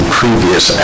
previous